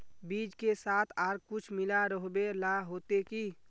बीज के साथ आर कुछ मिला रोहबे ला होते की?